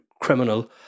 criminal